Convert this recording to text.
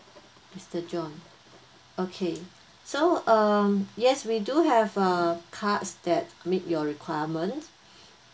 mister john okay so um yes we do have err cards that meet your requirement